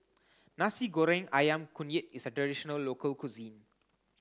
Nasi Goreng Ayam Kunyit is a traditional local cuisine